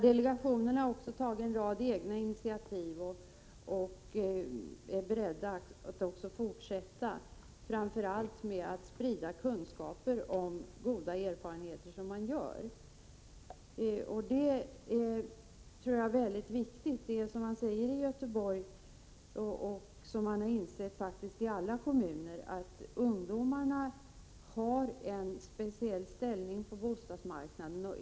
Delegationen har också tagit en rad egna initiativ och är beredd att fortsätta, framför allt med att sprida kunskaper om de goda erfarenheter som man gör. Det man säger i Göteborg, och som man faktiskt har insett i alla kommuner, tror jag är mycket viktigt, nämligen att ungdomarna har en speciell ställning på bostadsmarknaden.